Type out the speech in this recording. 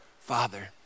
father